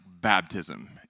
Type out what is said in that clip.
baptism